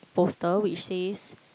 poster which says